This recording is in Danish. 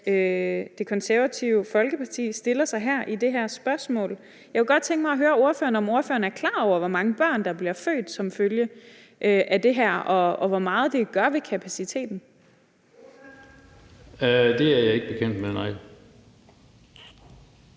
Det Konservative Folkeparti stiller sig sådan i det her spørgsmål. Jeg kunne godt tænke mig at høre ordføreren, om ordføreren er klar over, hvor mange børn der bliver født som følge af det her, og hvor meget det gør ved kapaciteten. Kl. 12:20 Den fg.